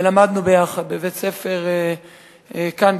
ולמדנו יחד בבית-ספר כאן,